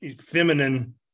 feminine